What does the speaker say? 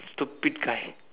stupid guy